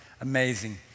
Amazing